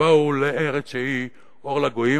שבאו לארץ שהיא אור לגויים,